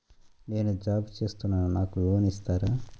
నేను జాబ్ చేస్తున్నాను నాకు లోన్ ఇస్తారా?